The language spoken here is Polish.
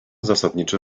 zasadniczy